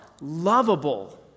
lovable